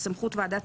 לנשיאת עוברים (אישור הסכם ומעמד היילוד),